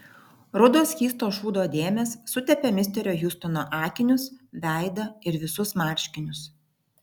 rudos skysto šūdo dėmės sutepė misterio hjustono akinius veidą ir visus marškinius